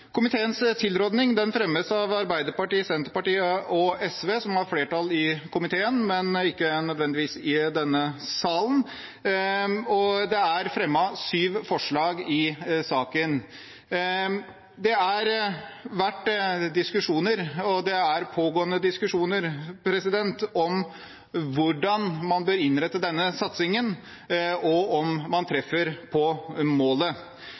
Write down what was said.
Komiteens tilrådning fremmes av Arbeiderpartiet, Senterpartiet og SV, som har flertall i komiteen, men ikke nødvendigvis i denne salen. Det er fremmet sju forslag til vedtak i saken. Det har vært diskusjoner, og det pågår diskusjoner, om hvordan man bør innrette denne satsingen, og om man treffer på målet.